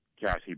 Cassie